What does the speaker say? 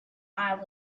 eye